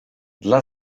dla